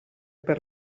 per